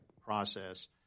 process